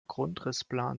grundrissplan